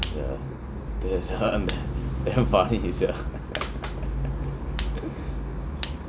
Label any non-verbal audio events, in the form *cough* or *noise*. yeah that is how emba~ damn funny sia *laughs*